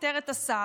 פיטר את השר,